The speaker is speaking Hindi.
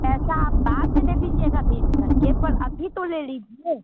पैसा आप बाद में दे दीजिएगा बेच कर के पर अभी तो ले लीजिए